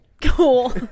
Cool